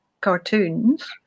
cartoons